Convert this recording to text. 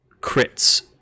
crits